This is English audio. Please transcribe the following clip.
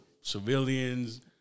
civilians